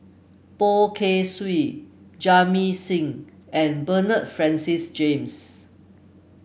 Poh Kay Swee Jamit Singh and Bernard Francis James